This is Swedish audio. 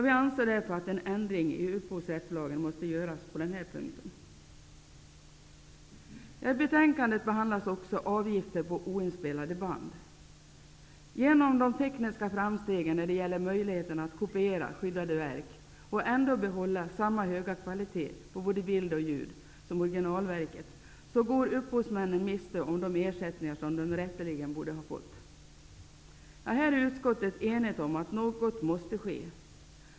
Vi anser därför att en ändring i upphovsrättslagen måste göras på den här punkten. I betänkandet behandlas också frågan om avgifter på oinspelade band. Genom de tekniska framstegen när det gäller möjligheterna att kopiera skyddade verk och ändå behålla samma höga kvalitet på både bild och ljud som originalverket går upphovsmännen miste om de ersättningar som de rätteligen borde ha fått. Här är utskottet enigt om att något måste ske.